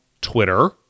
Twitter